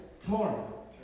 tomorrow